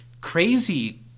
crazy